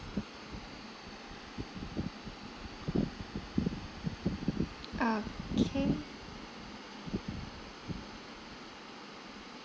okay